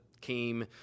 came